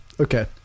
Okay